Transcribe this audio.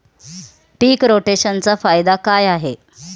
पीक रोटेशनचा फायदा काय आहे?